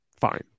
fine